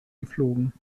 geflogen